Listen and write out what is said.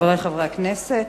חברי חברי הכנסת,